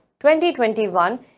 2021